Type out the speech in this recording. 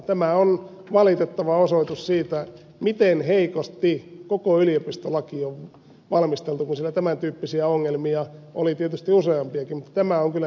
tämä on valitettava osoitus siitä miten heikosti koko yliopistolaki on valmisteltu kun siinä tämän tyyppisiä ongelmia oli tietysti useampiakin mutta tämä on kyllä niitten manifestoituma